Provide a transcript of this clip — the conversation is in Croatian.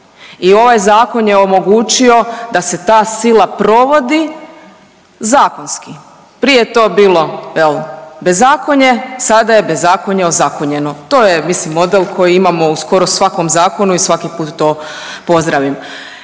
i ovaj zakon je omogućio da se ta sila provodi zakonski. Prije je to bilo jel bezakonje sada je bezakonje ozakonjeno, to je mislim model koji imamo u skoro svakom zakonu i svaki put to pozdravim